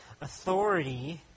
authority